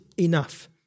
enough